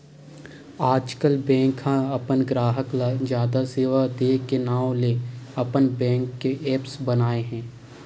आजकल बेंक ह अपन गराहक ल जादा सेवा दे के नांव ले अपन बेंक के ऐप्स बनाए हे